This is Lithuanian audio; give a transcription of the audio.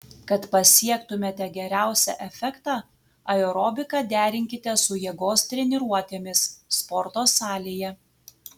kad pasiektumėte geriausią efektą aerobiką derinkite su jėgos treniruotėmis sporto salėje